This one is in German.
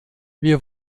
wir